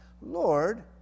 Lord